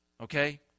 Okay